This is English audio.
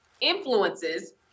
influences